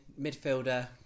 midfielder